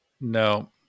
No